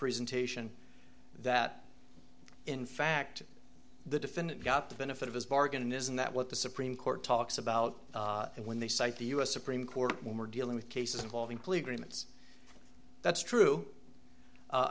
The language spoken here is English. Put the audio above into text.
presentation that in fact the defendant got the benefit of his bargain isn't that what the supreme court talks about when they cite the us supreme court when we're dealing with cases involving plea agreements that